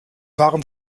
waren